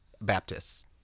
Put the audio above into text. baptists